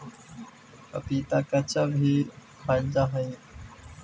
पपीता कच्चा भी खाईल जा हाई हई